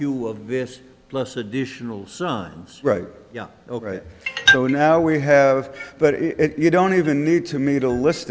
this plus additional signs right yeah all right so now we have but you don't even need to me to list